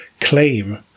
claim